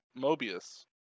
Mobius